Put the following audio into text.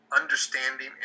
understanding